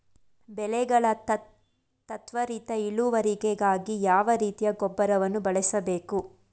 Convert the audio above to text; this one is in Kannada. ಬೆಳೆಗಳ ತ್ವರಿತ ಇಳುವರಿಗಾಗಿ ಯಾವ ರೀತಿಯ ಗೊಬ್ಬರವನ್ನು ಬಳಸಬೇಕು?